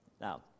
Now